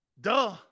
Duh